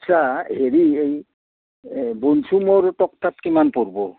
আচ্ছা হেৰি এই বনচুমৰ টক্টাত কিমান পৰিব